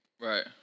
Right